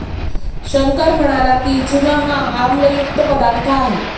शंकर म्हणाला की, चूना हा आम्लयुक्त पदार्थ आहे